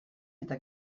eta